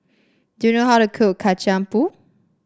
do you know how to cook Kacang Pool